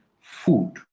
food